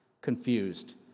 confused